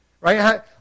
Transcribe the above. right